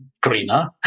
greener